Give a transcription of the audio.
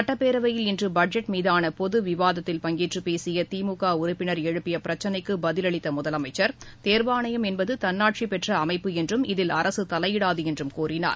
சட்டப்பேரவையில் இன்று பட்ஜெட் மீதான பொது விவாத்தில் பங்கேற்று பேசிய திமுக உறுப்பினர் எழுப்பிய பிரச்சினைக்கு பதிலளித்த முதலமைச்சர் தேர்வாணையம் என்பது தன்னாட்சி பெற்ற அமைப்பு என்றும் அதில் அரசு தலையிடாது என்றும் கூறினார்